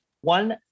One